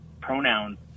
pronouns